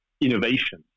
innovation